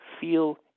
feel